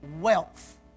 wealth